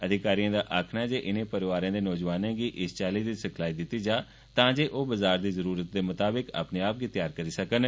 अधिकारिए दा आखना ऐ जे इनें रोआरें दे नौजवानें गी इस चाल्ली दी सिखलाई दिती जा तांजे ओह् बजार दी जरूरत मताबक अ ने आ गी तद्वार करी सकन